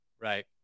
right